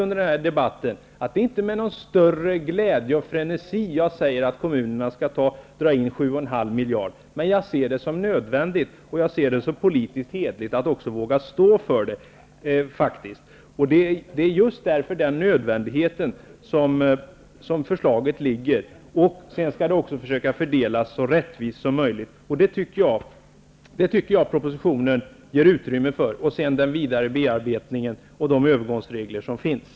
Jag har under debatten sagt att det inte är med någon större glädje och frenesi som jag säger att kommunerna skall dra in 7,5 miljarder, men jag ser det som nödvändigt och som politiskt hederligt att våga stå för det. Det är just av den nödvändigheten som förslaget ligger. Sedan skall besparingen också fördelas så rättvist som möjligt. Jag tycker att propositionen ger utrymme för det, och sedan kommer den vidare bearbetningen och övergångsreglerna.